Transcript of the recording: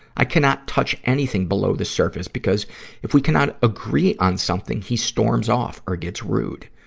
i cannot touch anything below the surface because if we cannot agree on something, he storms off or gets rude.